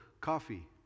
coffee